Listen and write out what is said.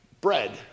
bread